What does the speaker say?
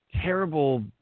terrible